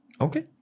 okay